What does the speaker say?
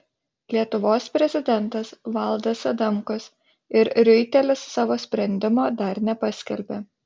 lietuvos prezidentas valdas adamkus ir riuitelis savo sprendimo dar nepaskelbė